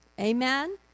Amen